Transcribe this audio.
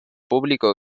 público